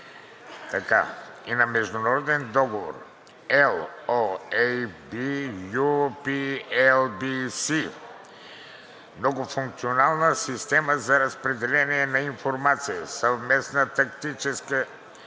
сили“ и на Международен договор (LOA) BU-P-LBC „Многофункционална система за разпределение на информация – Съвместна тактическа